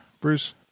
Bruce